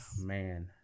Man